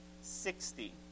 Sixty